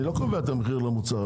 אני לא קובע את המחיר למוצר.